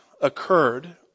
occurred